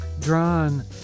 drawn